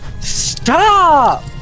Stop